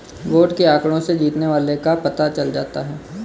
vote के आंकड़ों से जीतने वाले का पता चल जाता है